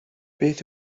beth